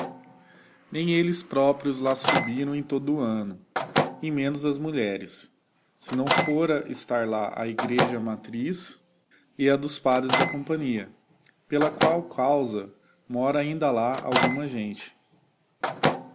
nem elles próprios lá subiram em todo o anno e menos as mulheres se não fora estar lá a egreja matriz e a dos padres da companhia pela qual causa mora ainda lá alguma gente